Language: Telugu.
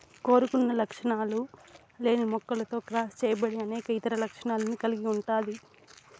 కోరుకున్న లక్షణాలు లేని మొక్కతో క్రాస్ చేయబడి అనేక ఇతర లక్షణాలను కలిగి ఉంటాది